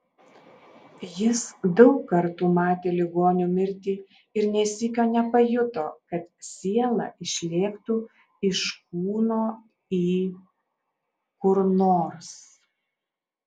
jis daug kartų matė ligonių mirtį ir nė sykio nepajuto kad siela išlėktų iš kūno į kur nors